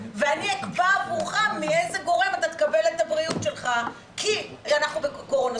ואני אקבע עבורך מאיזה גורם אתה תקבל את הבריאות שלך כי אנחנו בקורונה.